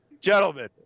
Gentlemen